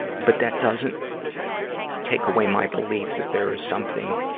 but that doesn't take away my belief that there's something